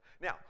Now